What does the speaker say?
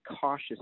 cautious